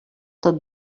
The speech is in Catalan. tot